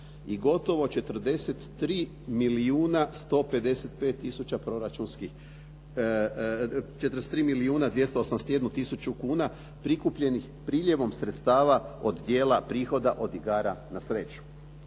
i gotovo 43 milijuna 281 tisuća kuna prikupljenih priljevom sredstava od dijela prihoda od igara na sreću.